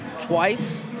twice